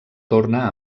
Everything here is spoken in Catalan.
torna